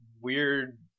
weird